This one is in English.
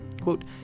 Quote